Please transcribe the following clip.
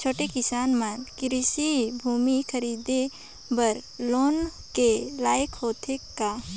छोटके किसान मन कृषि भूमि खरीदे बर लोन के लायक होथे का?